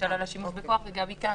נתחיל בגבי.